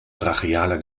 brachialer